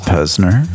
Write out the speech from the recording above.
Pesner